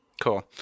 Cool